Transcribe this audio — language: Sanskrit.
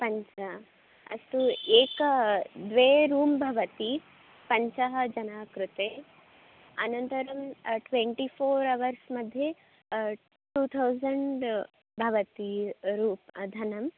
पञ्च अस्तु एकं द्वे रूम् भवति पञ्च जन कृते अनन्तरं ट्वेण्टि फ़ोर् अवर्स्मध्ये टु थौसण्ड् भवति रूप् धनं